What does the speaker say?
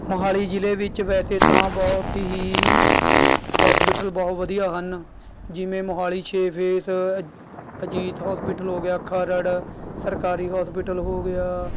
ਮੋਹਾਲੀ ਜ਼ਿਲ੍ਹੇ ਵਿੱਚ ਵੈਸੇ ਤਾਂ ਬਹੁਤ ਹੀ ਹੋਸਪਿਟਲ ਬਹੁਤ ਵਧੀਆ ਹਨ ਜਿਵੇਂ ਮੋਹਾਲੀ ਛੇ ਫੇਸ ਅਜੀਤ ਹੋਸਪਿਟਲ ਹੋ ਗਿਆ ਖਰੜ ਸਰਕਾਰੀ ਹੋਸਪਿਟਲ ਹੋ ਗਿਆ